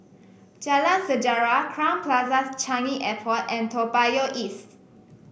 Jalan Sejarah Crowne Plaza Changi Airport and Toa Payoh East